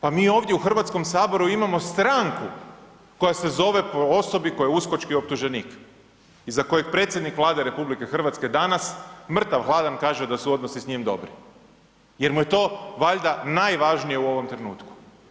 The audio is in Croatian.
Pa mi ovdje u Hrvatskome saboru imamo stranku koja se zove po osobi koja je uskočki optuženik i za kojeg predsjednik Vlade RH danas, mrtav-hladan kaže da su odnosi s njim dobri jer mu je to valjda najvažnije u ovom trenutku.